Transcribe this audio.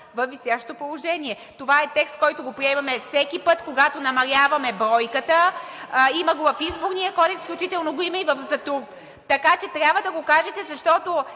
във висящо положение. Това е текст, който го приемаме всеки път, когато намаляване бройката. Има го в Изборния кодекс, включително го има и в ЗАТУРБ. Така че трябва да го кажете, защото